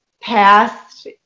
past